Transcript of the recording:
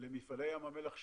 למפעלי ים המלח שלנו,